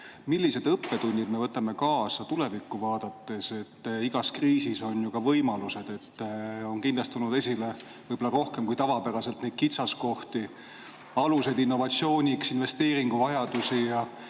Millised õppetunnid me võtame kaasa tulevikku vaadates? Igas kriisis on ju ka võimalused, kindlasti on tulnud esile võib-olla rohkem kui tavapäraselt neid kitsaskohti, aluseid innovatsiooniks, investeeringuvajadusi.